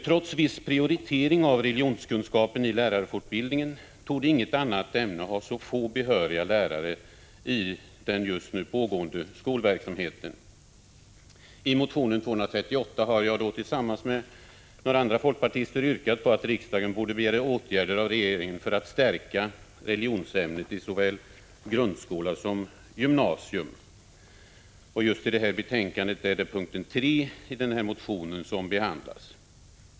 Trots viss prioritering av religionskunskapen i lärarfortbildningen torde inget annat ämne ha så få behöriga lärare i den pågående skolverksamheten. I motion Ub238 har jag tillsammans med några andra folkpartister yrkat på att riksdagen borde begära åtgärder av regeringen för att stärka religionsämnet i såväl grundskola som gymnasium. Just i dag är det punkt 3 i denna motion som behandlas.